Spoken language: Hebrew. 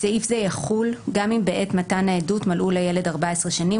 סעיף זה יחול גם אם בעת מתן העדות מלאו לילד 14 שנים,